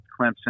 Clemson